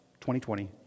2020